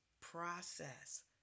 process